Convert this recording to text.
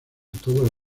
todos